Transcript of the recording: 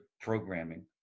programming